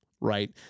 right